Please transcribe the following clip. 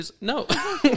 No